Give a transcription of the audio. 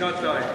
לעתים שעתיים.